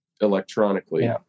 electronically